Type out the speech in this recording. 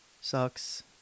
sucks